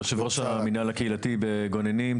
יושב ראש המנהל הקהילתי בגוננים,